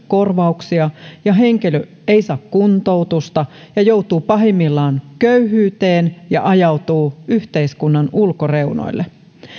korvauksia ja henkilö ei saa kuntoutusta ja joutuu pahimmillaan köyhyyteen ja ajautuu yhteiskunnan ulkoreunoille